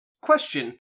question